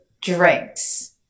drinks